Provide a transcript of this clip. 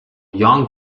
young